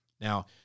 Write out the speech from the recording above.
Now